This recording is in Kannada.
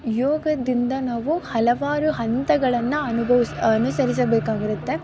ಯೋಗದಿಂದ ನಾವು ಹಲವಾರು ಹಂತಗಳನ್ನು ಅನುಭವ್ಸಿ ಅನುಸರಿಸಬೇಕಾಗಿರುತ್ತೆ